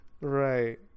Right